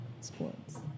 sports